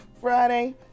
Friday